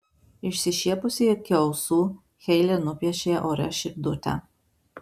išsišiepusi iki ausų heile nupiešė ore širdutę